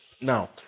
now